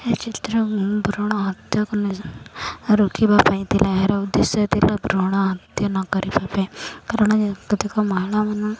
ଏ ଚିତ୍ର ମୁଁ ଭୃଣ ହତ୍ୟାକୁ ରୋକିବା ପାଇଁ ଥିଲା ଏହାର ଉଦ୍ଦେଶ୍ୟ ଥିଲା ଭୃଣ ହତ୍ୟା ନ କରିବା ପାଇଁ କାରଣ ମାନ